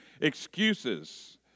Excuses